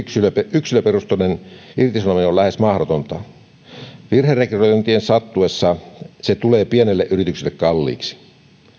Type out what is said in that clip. yksilöperusteinen irtisanominen on lähes mahdotonta virherekrytointien sattuessa se tulee pienelle yritykselle kalliiksi